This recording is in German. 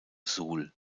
suhl